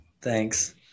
Thanks